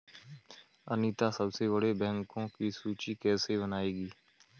अनीता सबसे बड़े बैंकों की सूची कैसे बनायेगी?